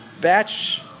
batch